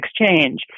exchange